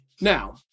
Now